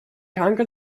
conquer